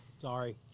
Sorry